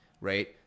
right